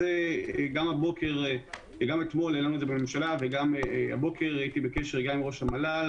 גם אתמול העלינו את זה בממשלה וגם הבוקר הייתי בקשר גם עם ראש המל"ל,